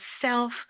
self